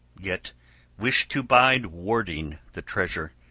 yet wished to bide warding the treasure,